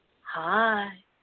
Hi